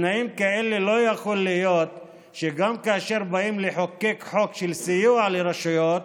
בתנאים כאלה לא יכול להיות שגם כאשר באים לחוקק חוק של סיוע לרשויות,